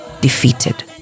defeated